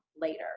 later